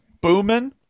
booming